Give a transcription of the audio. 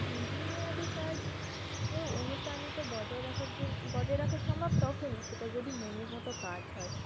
দীর্ঘমেয়াদি কাজ এ অনুপ্রাণিত বজায় রাখার জন্য বজায় রাখা সম্ভব তখনই সেটা যদি মনের মতো কাজ হয়